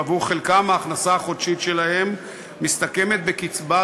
ועבור חלקם ההכנסה החודשית שלהם מסתכמת בקצבת